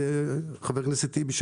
חבר הכנסת טיבי,